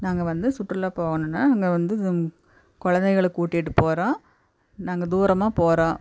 நாங்கள் வந்து சுற்றுலா போவணுன்னா நாங்கள் வந்து குழந்தைகள கூட்டிகிட்டு போகறோம் நாங்கள் தூரமாக போகறோம்